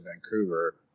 Vancouver